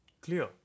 Clear